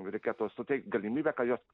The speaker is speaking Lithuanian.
reikėtų suteikt galimybę kad jos